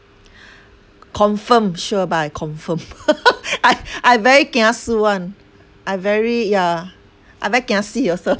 confirm sure but I confirm I I very kiasu [one] I very yeah I very kiasi also